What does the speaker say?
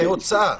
יש הוצאה.